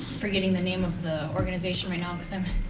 forgetting the name of the organization right now.